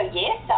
yes